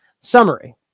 Summary